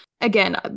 Again